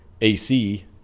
AC